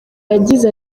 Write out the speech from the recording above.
yagize